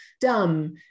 dumb